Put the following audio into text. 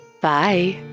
Bye